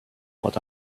what